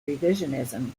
revisionism